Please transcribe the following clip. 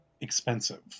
expensive